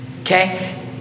Okay